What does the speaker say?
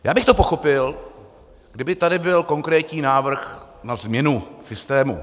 Já bych to pochopil, kdyby tady byl konkrétní návrh na změnu systému.